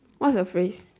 what's the phrase